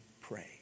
pray